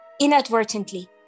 inadvertently